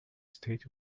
state